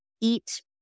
eat